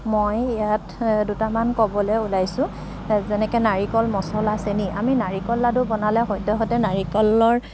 মই ইয়াত দুটামান ক'বলৈ ওলাইছোঁ যেনেকৈ নাৰিকল মছলা চেনি আমি নাৰিকল লাৰু বনালে সদ্যহতে নাৰিকলৰ